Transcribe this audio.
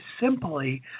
simply